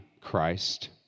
Christ